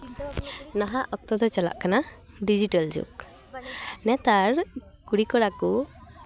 ᱱᱟᱦᱟᱜ ᱚᱠᱛᱚ ᱫᱚ ᱪᱟᱞᱟᱜ ᱠᱟᱱᱟ ᱰᱤᱡᱤᱴᱟᱞ ᱡᱩᱜᱽ ᱱᱮᱛᱟᱨ ᱠᱩᱲᱤᱼᱠᱚᱲᱟ ᱠᱚ